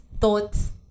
thoughts